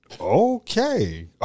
Okay